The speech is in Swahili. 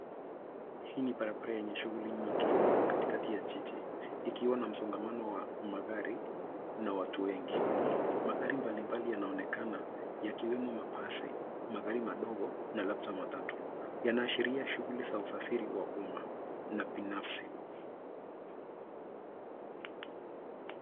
Hii ni barabara yenye shughuli nyingi katikati ya jiji, ikiwa na msongamano wa magari na watu wengi. Magari mbalimbali yanaonekana, yakiwemo mabasi, magari madogo na labda matatu. Yanaashiria shughuli za usafiri wa umma na binafsi.